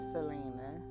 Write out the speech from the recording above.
Selena